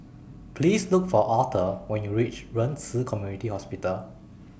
Please Look For Arthur when YOU REACH Ren Ci Community Hospital